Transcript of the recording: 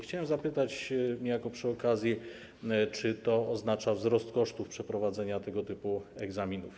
Chciałem zapytać niejako przy okazji: Czy to oznacza wzrost kosztów przeprowadzenia tego typu egzaminów?